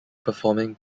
performing